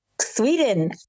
Sweden